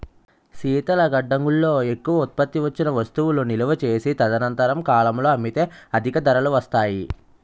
శీతల గడ్డంగుల్లో ఎక్కువ ఉత్పత్తి వచ్చిన వస్తువులు నిలువ చేసి తదనంతర కాలంలో అమ్మితే అధిక ధరలు వస్తాయి